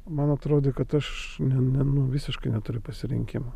man atrodė kad aš ne ne nu visiškai neturiu pasirinkimo